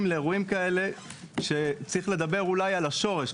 לאירועים כאלה וצריך לדבר אולי על השורש.